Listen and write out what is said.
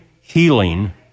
healing